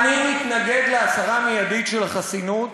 אני מתנגד להסרה מיידית של החסינות